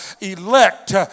elect